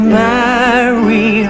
marry